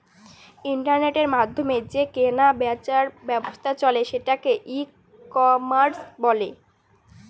ইন্টারনেটের মাধ্যমে যে কেনা বেচার ব্যবসা চলে সেটাকে ই কমার্স বলে